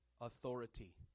authority